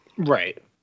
Right